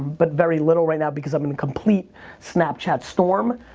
but very little right now because i'm in complete snapchat storm.